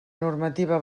normativa